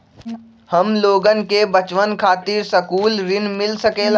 हमलोगन के बचवन खातीर सकलू ऋण मिल सकेला?